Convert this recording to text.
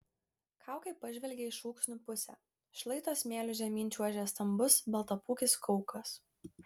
kaukai pažvelgė į šūksnių pusę šlaito smėliu žemyn čiuožė stambus baltapūkis kaukas